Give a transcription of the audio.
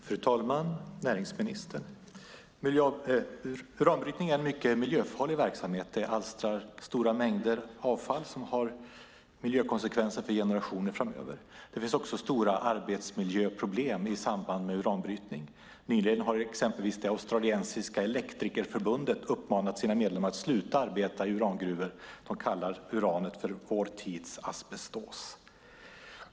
Fru talman! Näringsministern! Uranbrytning är en mycket miljöfarlig verksamhet. Den alstrar stora mängder avfall som har miljökonsekvenser för generationer framöver. Det finns också stora arbetsmiljöproblem i samband med uranbrytning. Nyligen har exempelvis det australiska elektrikerförbundet uppmanat sina medlemmar att sluta arbeta i urangruvor. De kallar uranet för vår tids asbestos.